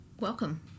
welcome